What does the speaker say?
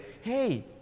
hey